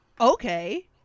Okay